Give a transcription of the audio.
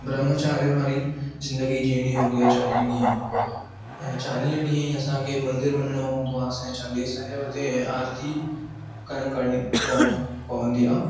ब्रम्ह्चारिय वारी ज़िंदगी जीअणी हूंदी आहे चालीह ॾींहं ई ऐं चालीह ॾींहं ई असां खे मंदिर वञणो हूंदो आहे असां जे चालीहे साहिब ते ऐं आरती करणी पवंदी आहे